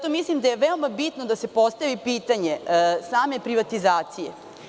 Ovde je veoma bitno da se postavi pitanje same privatizacije.